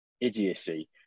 idiocy